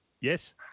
Yes